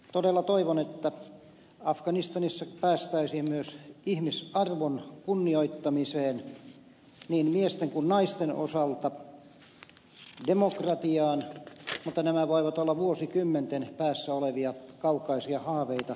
todella toivon että afganistanissa päästäisiin myös ihmisarvon kunnioittamiseen niin miesten kuin naisten osalta demokratiaan mutta nämä voivat olla vuosikymmenten päässä olevia kaukaisia haaveita pahimmillaan